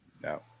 No